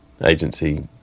agency